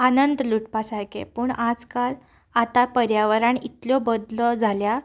आनंद लुटपा सारकें पूण आजकाल आतां पर्यावरण इतल्यो बदल्यो जाल्या